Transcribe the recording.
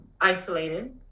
isolated